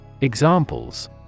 Examples